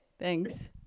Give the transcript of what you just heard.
Thanks